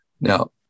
Now